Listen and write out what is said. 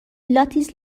لاتیس